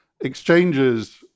exchanges